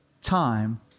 time